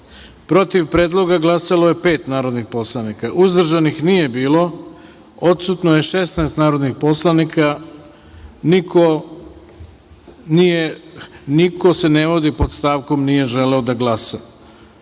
predloga glasalo je pet narodnih poslanika, uzdržanih nije bilo, odsutno je 16 narodnih poslanika, niko se ne vodi pod stavkom - nije želeo da glasa. Želim